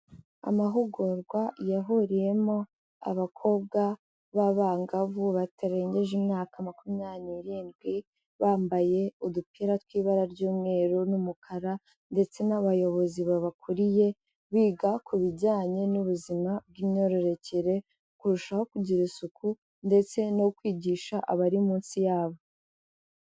Amahugurwa yahuriyemo abakobwa b'abangavu batarengeje imyaka makumyabiri n'irindwi, bambaye udupira tw'ibara ry'umweru n'umukara, ndetse n'abayobozi babakuriye biga ku bijyanye n'ubuzima bw'imyororokere, kurushaho kugira isuku, ndetse no kwigisha abari munsi yabo.